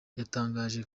yatangaje